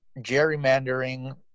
gerrymandering